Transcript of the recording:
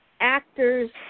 actors